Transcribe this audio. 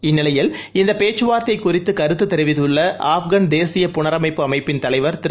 இந்நிலையில் இந்த பேச்சுவார்த்தை குறித்து கருத்து தெரிவித்துள்ள ஆப்கான் தேசிய புனரமைப்பு அமைப்பின் தலைவர் திரு